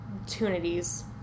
opportunities